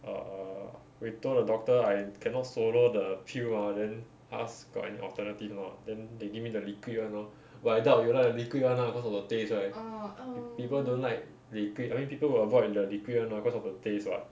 err we told the doctor I cannot swallow the pill ah then ask got any alternative or not then they give me the liquid [one] lor but I doubt you like the liquid [one] lah cause of the taste right people don't like liquid I mean people will avoid the liquid [one] mah cause of the taste [what]